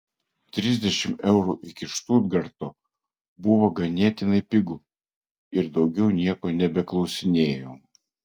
trisdešimt eurų iki štutgarto buvo ganėtinai pigu ir daugiau nieko nebeklausinėjau